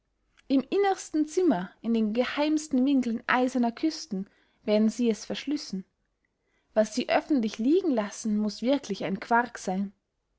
im innersten zimmer in den geheimsten winkeln eiserner küsten werden sie es verschlüssen was sie öffentlich liegen lassen muß wirklich ein quark seyn